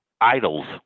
idols